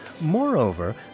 Moreover